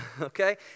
Okay